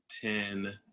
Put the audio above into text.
ten